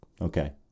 okay